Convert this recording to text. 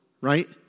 right